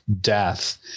death